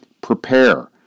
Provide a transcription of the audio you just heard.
prepare